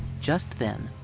just then,